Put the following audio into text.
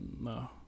No